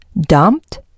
dumped